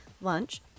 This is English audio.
lunch